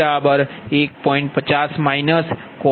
એ જ રીતે P3 1